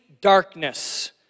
darkness